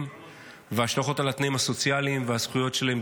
וההשלכות על התנאים הסוציאליים והזכויות שלהם,